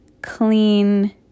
clean